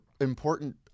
important